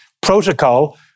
protocol